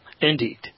Indeed